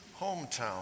hometown